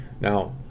Now